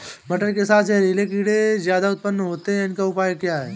मटर के साथ जहरीले कीड़े ज्यादा उत्पन्न होते हैं इनका उपाय क्या है?